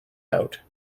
out